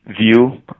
view